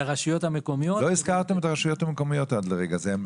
והרשויות המקומיות --- לא הזכרתם את הרשויות המקומיות עד לרגע זה.